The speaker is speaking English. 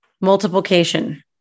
multiplication